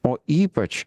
o ypač